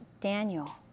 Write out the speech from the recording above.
Daniel